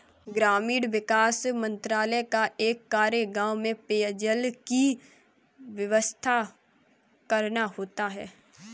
ग्रामीण विकास मंत्रालय का एक कार्य गांव में पेयजल की व्यवस्था करना होता है